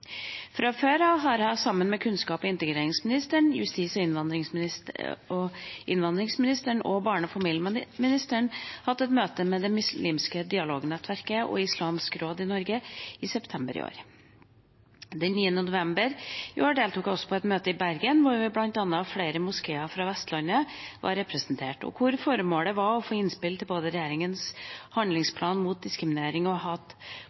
Fra før av har jeg sammen med kunnskaps- og integreringsministeren, justis- og innvandringsministeren og barne- og familieministeren hatt et møte med Muslimsk Dialognettverk og Islamsk Råd Norge i september i år. Den 9. november i år deltok jeg også på et møte i Bergen, hvor bl.a. flere moskeer fra Vestlandet var representert, og hvor formålet var å få innspill til både regjeringas handlingsplan mot diskriminering og hat